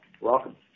welcome